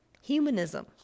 Humanism